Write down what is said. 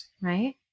right